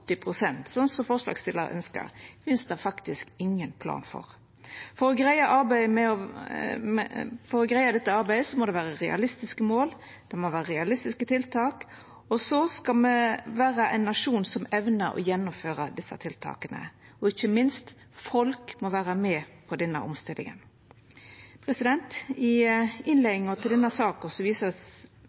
finst det faktisk ingen plan for. For å greia dette arbeidet må det vera realistiske mål og realistiske tiltak, og så skal me vera ein nasjon som evnar å gjennomføra desse tiltaka. Og ikkje minst: Folk må vera med på denne omstillinga. I innleiinga til denne saka